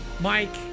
Mike